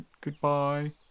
goodbye